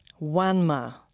Wanma